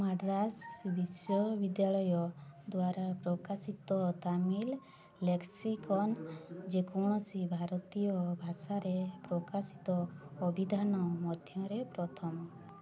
ମାଡ୍ରାସ୍ ବିଶ୍ୱବିଦ୍ୟାଳୟ ଦ୍ୱାରା ପ୍ରକାଶିତ ତାମିଲ ଲେକ୍ସିକନ୍ ଯେକୌଣସି ଭାରତୀୟ ଭାଷାରେ ପ୍ରକାଶିତ ଅଭିଧାନ ମଧ୍ୟରେ ପ୍ରଥମ